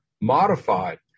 modified